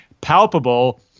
palpable